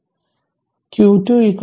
അതിനാൽ q 2 0